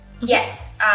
yes